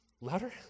louder